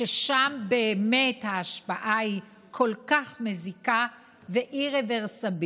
ששם באמת ההשפעה היא כל כך מזיקה ואי-רוורסבילית.